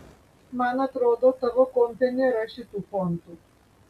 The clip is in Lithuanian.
man atrodo tavo kompe nėra šitų fontų